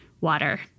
water